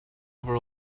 over